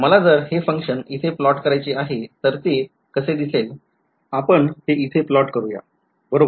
मला जर हे function इथे प्लॉट करायचे आहे तर ते कसे दिसेल आपण ते इथे प्लॉट करूया बरोबर